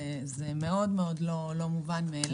זה מאוד לא מובן מאליו.